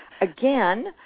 Again